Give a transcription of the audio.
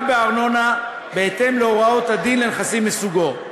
בארנונה בהתאם להוראות הדין לנכסים מסוגו.